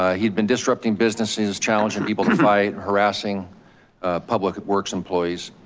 ah he'd been disrupting businesses challenging people to fight, harassing public works employees.